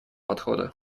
подхода